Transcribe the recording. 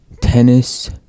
tennis